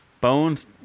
Bones